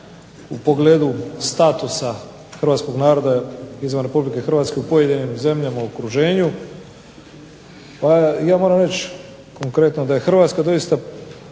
hrvatske